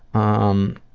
um,